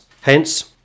hence